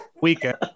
Weekend